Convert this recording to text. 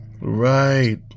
Right